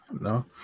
No